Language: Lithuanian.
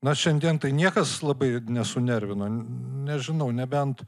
na šiandien tai niekas labai nesunervino nežinau nebent